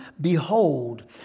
Behold